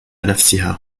نفسها